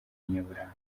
nyaburanga